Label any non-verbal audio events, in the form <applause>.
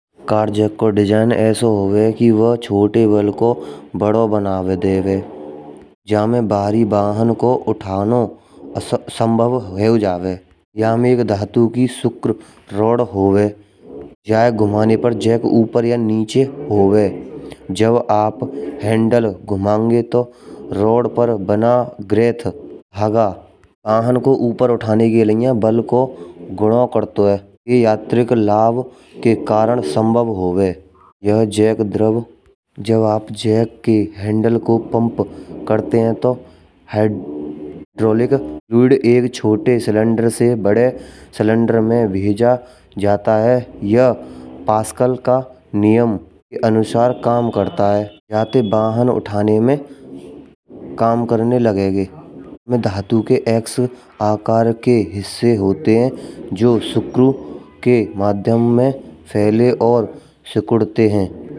Car jack का design ऐसा होवे कि वो छोटे वैन को बड़ा बना देवे। जमे भारी वाहन को उठानो संभव हवु जावे। यमे एक धातु की सिकुर रोड होवे याये घूमाने पर जेक उपर या नीचे होवे। जब आप हैंडल घूमांगे तो रोड पर बना ग्रेथ हगा आहान को ऊपर उठाने के लिए बल को गूदा करतो है। ये यात्रीक लाभ के कारण संभव होवे। यह जैक द्रव जब आप जैक के हैंडल को पंप करते है तो हाइड्रोलिक एक छोटे सिलेंडर से बड़े सिलेंडर में भेजा जाता है यह पास्कल का नियम अनुसार <noise> काम करता है। यते वाहन उठाने में काम करने लगेंगे। इसमें धातु के एक्स आकार के हिस्से होते है जो सिकरु के माध्यम में फैले और सुकड़ते है।